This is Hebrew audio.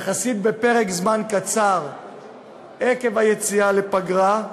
יחסית בפרק זמן קצר עקב היציאה לפגרה,